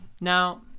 Now